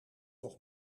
nog